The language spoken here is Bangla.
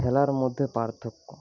খেলার মধ্যে পার্থক্য